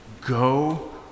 go